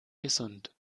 gesund